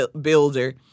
builder